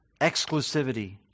exclusivity